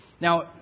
Now